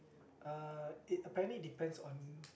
uh it apparently depends on